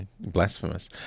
blasphemous